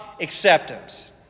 acceptance